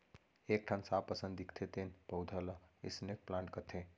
एक ठन सांप असन दिखथे तेन पउधा ल स्नेक प्लांट कथें